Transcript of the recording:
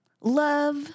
love